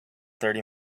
thirty